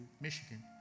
Michigan